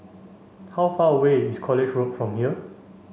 how far away is College Road from here